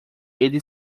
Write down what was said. ele